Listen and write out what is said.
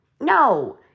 no